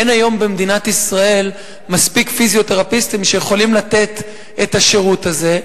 אין היום במדינת ישראל מספיק פיזיותרפיסטים שיכולים לתת את השירות הזה.